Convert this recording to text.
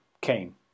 came